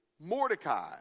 Mordecai